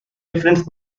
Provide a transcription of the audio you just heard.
difference